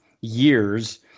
years